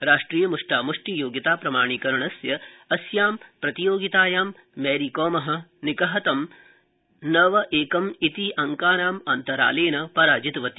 राष्ट्रीय म्ष्टा म्ष्टि योग्यता प्रमाणीकरणस्य अस्यां प्रतियोगितायां मैरीकॉम निकहतं नव एकम् इति अन्तरालेन पराजितवती